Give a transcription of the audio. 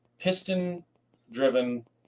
piston-driven